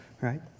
Right